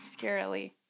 Scarily